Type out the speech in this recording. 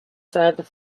further